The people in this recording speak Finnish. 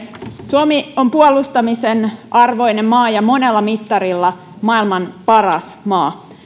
suomi on puolustamisen arvoinen maa ja monella mittarilla maailman paras maa